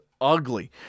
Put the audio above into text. ugly